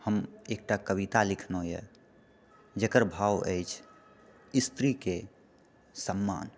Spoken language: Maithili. हम एकटा कविता लिखलहुँ यऽ जेकर भाव अछि स्त्रीके सम्मान